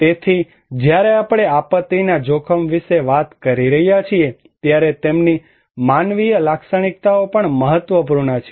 તેથી જ્યારે આપણે આપત્તિના જોખમ વિશે વાત કરી રહ્યા છીએ ત્યારે તેમની માનવીય લાક્ષણિકતાઓ પણ મહત્વપૂર્ણ છે